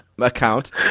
account